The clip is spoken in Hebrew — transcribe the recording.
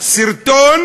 סרטון